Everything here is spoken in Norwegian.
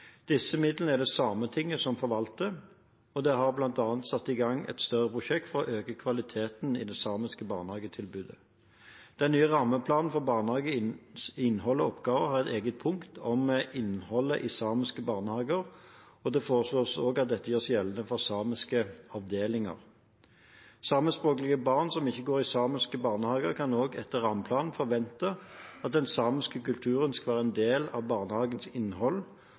Disse midlene er det Sametinget som forvalter, og det har bl.a. satt i gang et større prosjekt for å øke kvaliteten i det samiske barnehagetilbudet. Den nye rammeplanen for barnehagens innhold og oppgaver har et eget punkt om innholdet i samiske barnehager, og det fastslås at dette også gjelder for samiske avdelinger. Samiskspråklige barn som ikke går i samiske barnehager, kan også etter rammeplanen forvente at den samiske kulturen skal være en del av barnehagens innhold,